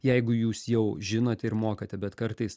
jeigu jūs jau žinote ir mokate bet kartais